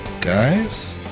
guys